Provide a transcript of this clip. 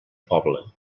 poble